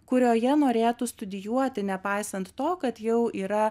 kurioje norėtų studijuoti nepaisant to kad jau yra